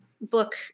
book